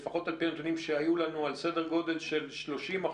לפחות לפי הנתונים שהיו לנו על סדר גודל של 30%,